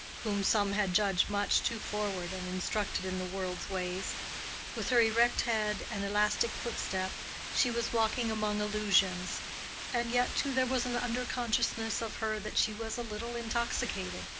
whom some had judged much too forward and instructed in the world's ways with her erect head and elastic footstep she was walking among illusions and yet, too, there was an under-consciousness of her that she was a little intoxicated.